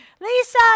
Lisa